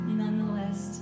nonetheless